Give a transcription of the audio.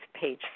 page